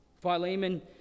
Philemon